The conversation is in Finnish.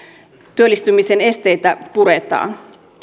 työllistymisen esteitä puretaan